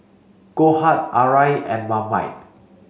Goldheart Arai and Marmite